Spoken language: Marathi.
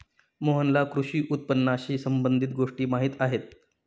मोहनला कृषी उत्पादनाशी संबंधित गोष्टी माहीत आहेत